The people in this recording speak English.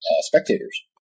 spectators